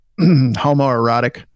homoerotic